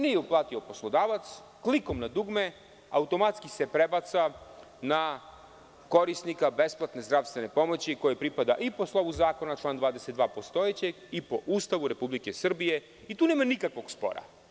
Nije uplatio poslodavac, klikom na dugme, automatski se prebaci na korisnika besplatne zdravstvene pomoći kojoj pripada i po slovu zakona član 22. postojećeg i po Ustavu Republike Srbije i tu nema nikakvog spora.